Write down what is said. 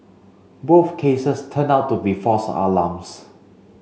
both cases turned out to be false alarms